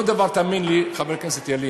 אותו דבר, תאמין לי, חבר הכנסת ילין,